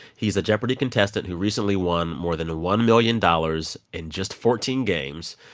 he's a jeopardy contestant who recently won more than one million dollars in just fourteen games.